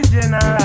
General